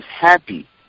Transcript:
happy